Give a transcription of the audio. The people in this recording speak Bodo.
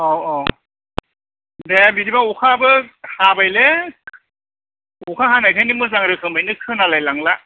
औ औ दे बिदिबा अखाबो हाबायलै अखा हानायखायनो मोजां रोखोमैनो खोनालाय लांला